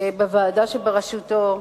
בוועדה שבראשותו,